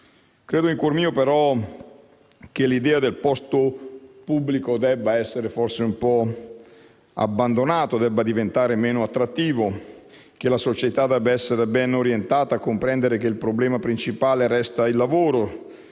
però, in cuor mio, che l'idea del posto di lavoro pubblico debba essere un po' abbandonata e debba diventare meno attrattiva e che la società debba essere ben orientata a comprendere che il problema principale resta il lavoro,